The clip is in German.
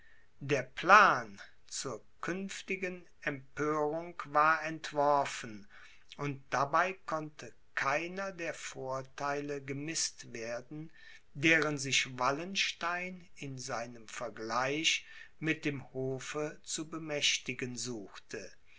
der plan zur künftigen empörung war entworfen und dabei konnte keiner der vortheile gemißt werden deren sich wallenstein in seinem vergleich mit dem hofe zu bemächtigen suchte